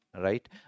Right